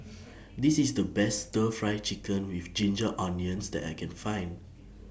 This IS The Best Stir Fry Chicken with Ginger Onions that I Can Find